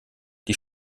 die